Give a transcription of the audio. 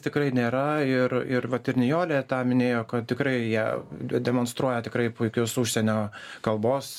tikrai nėra ir ir vat ir nijolė tą minėjo kad tikrai jie demonstruoja tikrai puikius užsienio kalbos